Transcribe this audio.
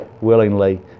willingly